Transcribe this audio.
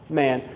man